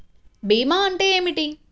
భీమా అంటే ఏమిటి?